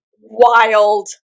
wild